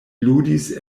ludis